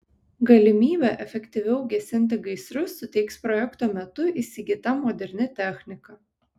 galimybę efektyviau gesinti gaisrus suteiks projekto metu įsigyta moderni technika